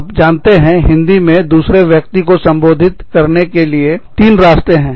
आप जानते हैं हिंदी में दूसरे व्यक्ति को संबोधित करने के लिए तीन रास्ते हैं